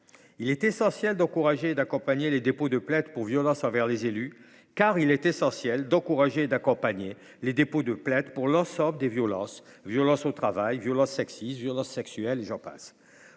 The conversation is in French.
Il est essentiel d’encourager et accompagner les dépôts de plainte pour violences envers les élus, car il est essentiel d’encourager et d’accompagner les dépôts de plainte pour l’ensemble des violences, qu’il s’agisse de violences au travail, de violences sexistes, sexuelles ou autres.